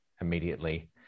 immediately